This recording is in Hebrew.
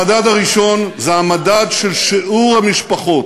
המדד הראשון זה המדד של שיעור המשפחות,